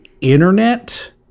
internet